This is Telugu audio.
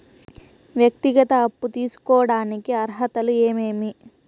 వ్యక్తిగత అప్పు తీసుకోడానికి అర్హతలు ఏమేమి